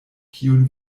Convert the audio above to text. kiun